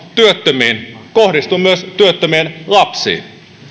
työttömiin kohdistuu myös työttömien lapsiin